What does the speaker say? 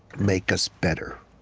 make us better.